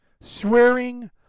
swearing